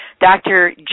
Dr